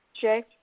Jay